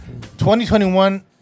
2021